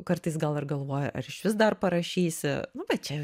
kartais gal ir galvoja ar išvis dar parašysi nu va čia jau